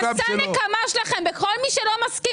מסע הנקמה שלכם בכל מי שלא מי שלא מסכים